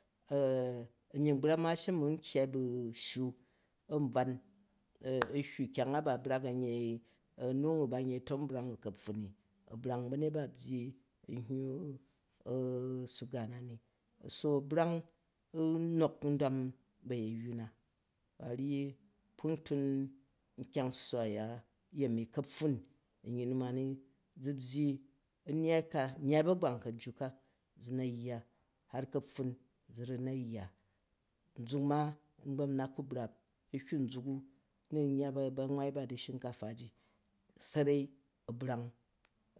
muyyi gbram u a shim n kyya bu ssha am brwan ahywu kyang a ba brak am yu amrangu ban yei yom brown u kapffun ni, a brang banyet ba a byyi nhyuu u – suga na ni, so brang nok n dwan m bayuyyu na a ryyi kpung tun nkyang swwa aya yemi kapffun, onyyi mu ma ni zu byyi, nnyai ka, nyai bagbang kujju ka ʒu na yya har kapffun, ʒu ru na yya. Nʒuk ma ngbam n na ku brap ahywu nʒuk a n na ku brap ə nun yya bamwai ba du shinkafa ji sarai a brang